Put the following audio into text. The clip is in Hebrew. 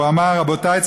ואמר: רבותיי,